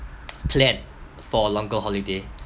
plan for a longer holiday